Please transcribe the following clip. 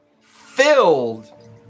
filled